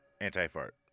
Anti-fart